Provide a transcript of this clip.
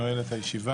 אני נועל את הישיבה.